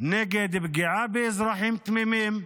נגד פגיעה באזרחים תמימים.